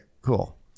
cool